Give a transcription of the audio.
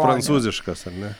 prancūziškas ar ne